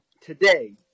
Today